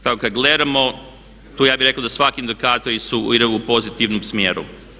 Kad gledamo tu ja bih rekao da svaki indikatori idu u pozitivnom smjeru.